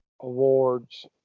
awards